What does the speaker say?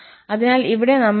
അതിനാൽ ഇവിടെ നമ്മൾ 𝑥 𝜋 ഇടും